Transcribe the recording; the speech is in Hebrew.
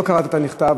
לא קראת את הנכתב,